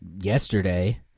yesterday